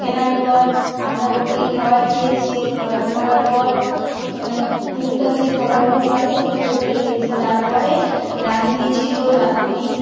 কেনার পর আমরা হোটেলে খাওয়ার খেয়েছি খাওয়ার খাওয়ার পর মানে টুকটাক যে খাবারগুলো হয় সেগুলো হোটেলে খেয়েছি তারপরে রাঁধুনি ছিলো রাঁধুনি